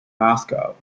moscow